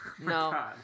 no